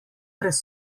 brez